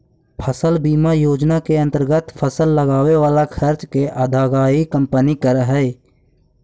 फसल बीमा योजना के अंतर्गत फसल लगावे वाला खर्च के अदायगी कंपनी करऽ हई